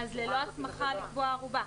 אז ללא הסמכה לקבוע ערובה,